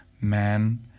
man